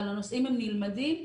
אבל הנושאים הם נלמדים.